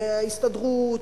ההסתדרות,